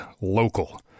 local